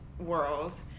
world